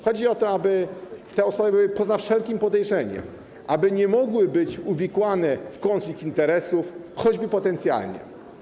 Chodzi o to, aby te osoby były poza wszelkim podejrzeniem, aby nie mogły być uwikłane w konflikt interesów, choćby potencjalnie.